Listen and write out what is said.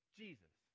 jesus